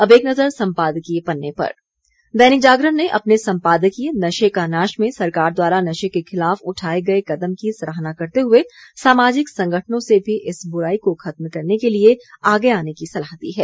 अब एक नज़र सम्पादकीय पन्ने पर दैनिक जागरण ने अपने सम्पादकीय नशे का नाश में सरकार द्वारा नशे के खिलाफ उठाए गए कदम की सराहना करते हुए सामाजिक संगठनों से भी इस बुराई को खत्म करने के लिये आगे आने की सलाह दी है